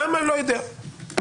לא יודע למה.